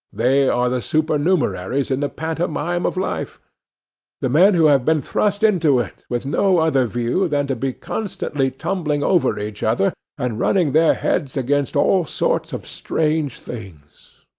they are the supernumeraries in the pantomime of life the men who have been thrust into it, with no other view than to be constantly tumbling over each other, and running their heads against all sorts of strange things.